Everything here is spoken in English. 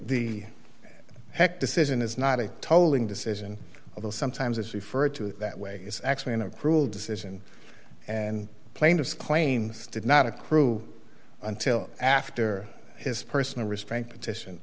the heck decision is not a tolling decision although sometimes it's referred to it that way it's actually in a cruel decision and plaintiffs claims did not accrue until after his personal restraint petition